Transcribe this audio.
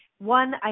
One